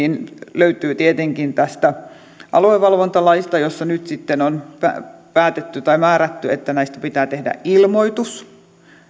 löytyy tietenkin tästä aluevalvontalaista jossa nyt sitten on päätetty tai määrätty että näistä pitää tehdä ilmoitus